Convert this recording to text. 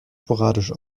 sporadisch